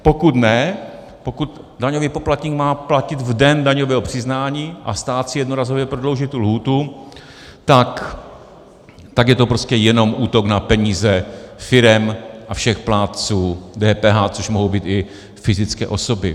Pokud ne, pokud daňový poplatník má platit v den daňového přiznání a stát si jednorázově prodlouží tu lhůtu, tak je to prostě jenom útok na peníze firem a všech plátců DPH, což mohou být i fyzické osoby.